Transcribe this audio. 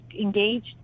engaged